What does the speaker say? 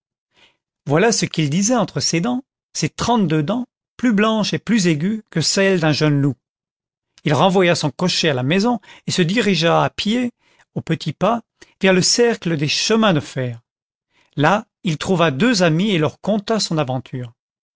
voilà ce qu'il disait entre ses dents ses trenteleux dents plus blanches et plus aiguës que celles d'un jeune loup il renvoya son cocher à la maison et se dirigea à pied au petit pas vers le cercle des chemins de fer là il trouva deux amis et leur conta son aventure